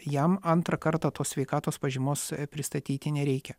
jam antrą kartą tos sveikatos pažymos pristatyti nereikia